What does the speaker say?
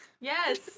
yes